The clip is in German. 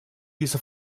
dieser